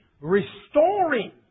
restoring